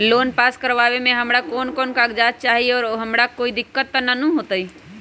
Loan pass करवावे में हमरा कौन कौन कागजात चाही और हमरा कोई दिक्कत त ना होतई?